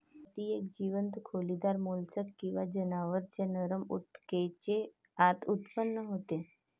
मोती एक जीवंत खोलीदार मोल्स्क किंवा जनावरांच्या नरम ऊतकेच्या आत उत्पन्न होतो